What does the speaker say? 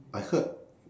I heard